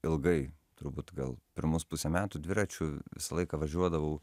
ilgai turbūt gal pirmus pusę metų dviračiu visą laiką važiuodavau